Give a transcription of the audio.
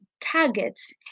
targets